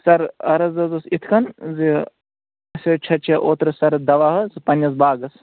سر عرض حظ اوس یِتھ کَنۍ زِ اَسہِ حظ چھَچے اوترٕ سرد دوا حظ سُہ پنٛنِس باغس